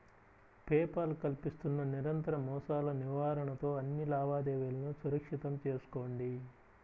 pay Paul కల్పిస్తున్న నిరంతర మోసాల నివారణతో అన్ని లావాదేవీలను సురక్షితం చేసుకోండి